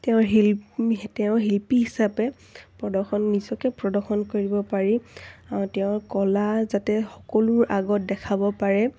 তেওঁৰ শিল্পী তেওঁৰ শিল্পী হিচাপে প্ৰদৰ্শন নিজকে প্ৰদৰ্শন কৰিব পাৰি তেওঁৰ কলা যাতে সকলোৰে আগত দেখাব পাৰে